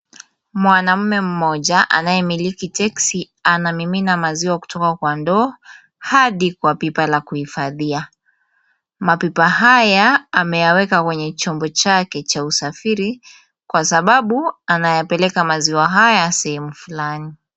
Mwanaume mmoja anayemiliki teksi anamimina maziwa kutoka kwa ndoo hadi kwa pipa la kuhifadhia. Mapipa haya ameyaweka kwenye chombo chake cha usafiri kwa sababu anayapeleka maziwa haya sehemu fulani.